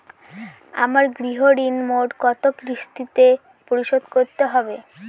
আমার গৃহঋণ মোট কত কিস্তিতে পরিশোধ করতে হবে?